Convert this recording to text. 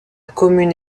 commune